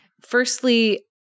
firstly